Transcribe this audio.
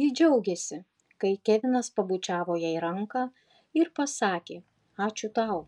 ji džiaugėsi kai kevinas pabučiavo jai ranką ir pasakė ačiū tau